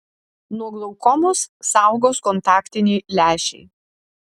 nuo glaukomos saugos kontaktiniai lęšiai